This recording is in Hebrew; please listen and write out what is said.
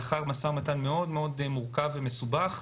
לאחר משא ומתן מאוד מורכב ומסובך.